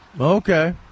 Okay